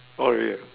for real